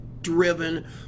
driven